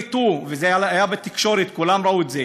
שהוקלטו, וזה היה בתקשורת, כולם ראו את זה,